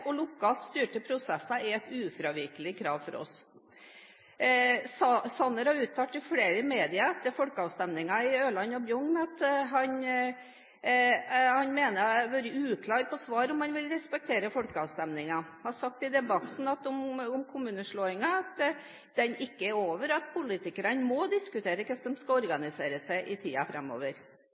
og lokalt styrte prosesser er et ufravikelig krav for oss. Sanner har uttalt seg i flere media etter folkeavstemningen i Ørland og Bjugn, og jeg mener han har vært uklar når han svarer på om han vil respektere folkeavstemningen. Han har sagt i debatten om kommunesammenslåingen at den ikke er over, og at politikerne må diskutere hvordan de skal organisere seg i tiden framover.